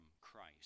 Christ